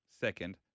second